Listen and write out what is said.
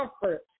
comfort